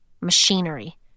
machinery